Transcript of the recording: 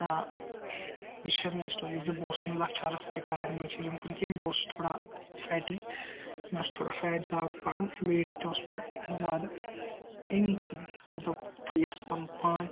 تہٕ یہِ چھِ میٲنۍ سِٹوری زِ بہٕ اوسس نہٕ لۄکچارَس کَران یِمَن چیزَن کُن کیٚنٛہہ بہٕ اوسُس تھوڑا فیٹی مے اوس تھوڑا فیٹ زیادٕ پہن ویٹ تہِ اوس مےٚ زیادٕ امے کِنۍ مےٚ دوٚپ بہٕ یِژھ پَنُن پان